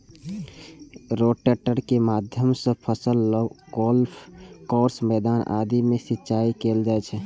rotator के माध्यम सं फसल, लॉन, गोल्फ कोर्स, मैदान आदि मे सिंचाइ कैल जाइ छै